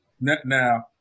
Now